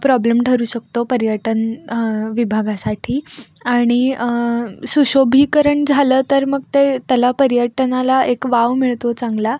problem ठरू शकतो पर्यटन विभागासाठी आणि सुशोभीकरण झालं तर मग ते त्याला पर्यटनाला एक वाव मिळतो चांगला